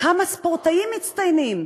כמה ספורטאים מצטיינים,